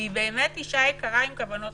והיא אשה יקרה עם כוונות,